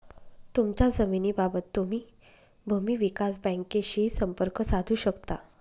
तुमच्या जमिनीबाबत तुम्ही भूमी विकास बँकेशीही संपर्क साधू शकता